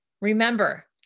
Remember